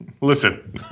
Listen